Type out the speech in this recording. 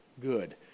good